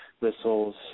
whistles